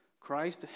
Christ